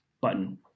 button